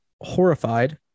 horrified